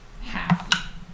half